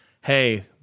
hey